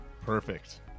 Perfect